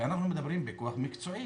ואנחנו מדברים בכוח מקצועי.